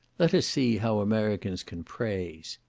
let us see how americans can praise.